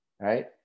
right